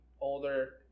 older